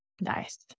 Nice